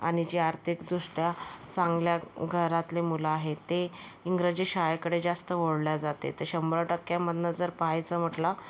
आणि जे आर्थिक दृष्ट्या चांगल्या घरातले मुलं आहे ते इंग्रजी शाळेकडे जास्त ओढल्या जाते तर शंभर टक्क्यांमधून जर पाहायचं म्हटलं